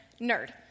nerd